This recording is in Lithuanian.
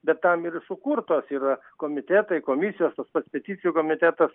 bet tam ir sukurtos yra komitetai komisijos tas pats peticijų komitetas